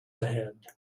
ahead